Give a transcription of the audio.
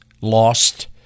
lost